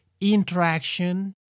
interaction